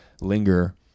linger